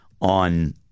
on